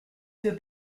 für